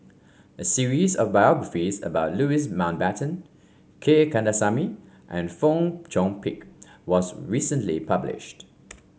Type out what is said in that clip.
a series of biographies about Louis Mountbatten K Kandasamy and Fong Chong Pik was recently published